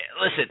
Listen